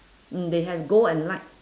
mm they have gold and light